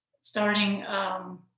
starting